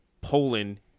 Poland